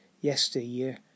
yesteryear